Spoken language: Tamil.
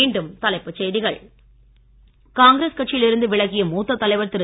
மீண்டும் தலைப்புச் செய்திகள் காங்கிரஸ் கட்சியில் இருந்து விலகிய மூத்த தலைவர் திரு